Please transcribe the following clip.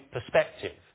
perspective